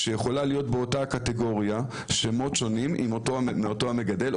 באותה קטגוריה יכולים להיות שמות שונים מאותו מגדל.